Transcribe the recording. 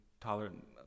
tolerant